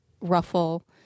ruffle